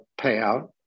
payout